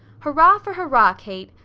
hurrah for hurrah, kate!